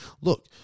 Look